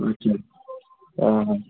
अच्छा हा हा